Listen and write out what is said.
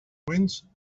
wind